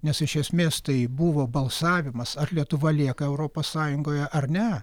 nes iš esmės tai buvo balsavimas ar lietuva lieka europos sąjungoje ar ne